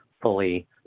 fully